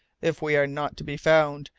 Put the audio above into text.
if we are not to be found,